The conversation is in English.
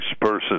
person